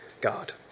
God